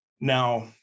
Now